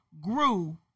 grew